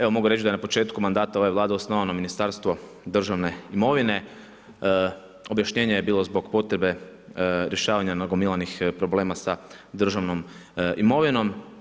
Evo mogu reći da je na početku mandata ove Vlade osnovano Ministarstvo državne imovine, objašnjenje je bilo zbog potrebe rješavanja nagomilanih problema sa državnom imovinom.